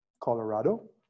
Colorado